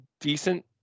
decent